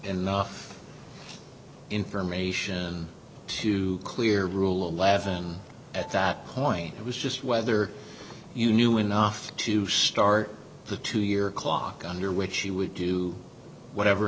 enough information to clear rule or laughing at that point it was just whether you knew enough to start the two year clock under which she would do whatever